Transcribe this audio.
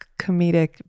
comedic